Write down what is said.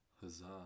Huzzah